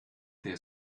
der